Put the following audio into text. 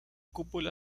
cúpula